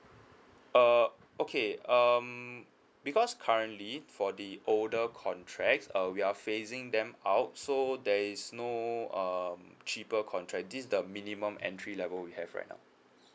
uh okay um because currently for the older contracts uh we are phasing them out so there is no um cheaper contract this is the minimum entry level we have right now